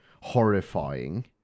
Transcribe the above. horrifying